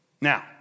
Now